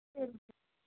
சரிங்க சார்